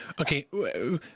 Okay